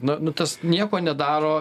na nu tas nieko nedaro